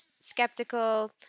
skeptical